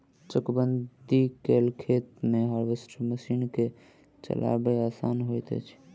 चकबंदी कयल खेत मे हार्वेस्टर मशीन के चलायब आसान होइत छै